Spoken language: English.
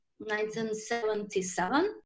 1977